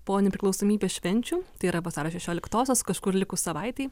po nepriklausomybės švenčių tai yra vasario šešioliktosios kažkur likus savaitei